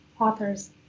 authors